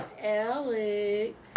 Alex